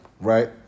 Right